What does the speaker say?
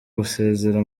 gusezera